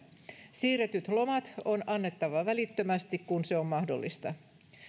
siirretyt lomat on annettava välittömästi kun se on mahdollista